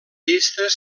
llistes